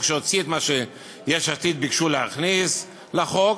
שהוציא את מה שיש עתיד ביקשו להכניס לחוק,